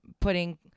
putting